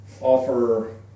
offer